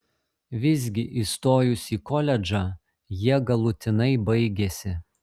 visgi įstojus į koledžą jie galutinai baigėsi